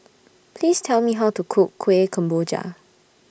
Please Tell Me How to Cook Kuih Kemboja